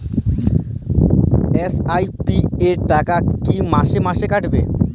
SIP র টাকা কী মাসে মাসে কাটবে?